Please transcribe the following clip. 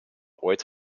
ooit